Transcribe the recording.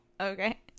Okay